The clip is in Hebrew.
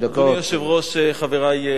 אדוני היושב-ראש, חברי חברי הכנסת,